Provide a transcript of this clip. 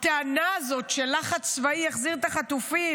הטענה הזאת, שלחץ צבאי יחזיר את החטופים,